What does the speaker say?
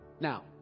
Now